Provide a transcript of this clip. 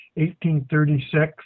1836